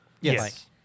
Yes